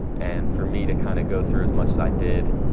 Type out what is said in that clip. and for me to kind of go through as much as i did,